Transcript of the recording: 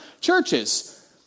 churches